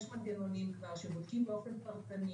יש כבר מנגנונים שבודקים באופן פרטני